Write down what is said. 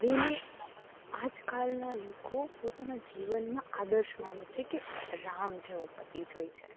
જેની આજકાલના લોકો પોતાના જીવનમાં આદર્શ માને છે કે રામ જેવો પતિ જોઈ છે